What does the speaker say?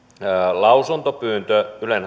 lausuntopyyntö ylen